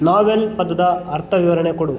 ನಾವೆಲ್ ಪದದ ಅರ್ಥ ವಿವರಣೆ ಕೊಡು